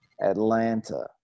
Atlanta